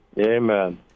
Amen